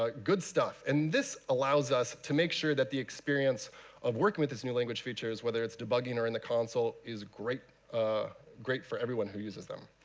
ah good stuff. and this allows us to make sure that the experience of working with this new language features, whether it's debugging or in the console, is great ah great for everyone who uses them.